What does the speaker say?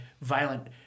violent